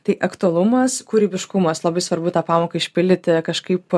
tai aktualumas kūrybiškumas labai svarbu tą pamoką išpildyti kažkaip